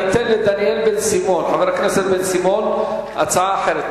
אני אתן לחבר הכנסת בן-סימון הצעה אחרת.